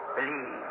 Believe